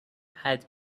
had